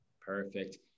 Perfect